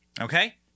okay